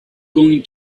going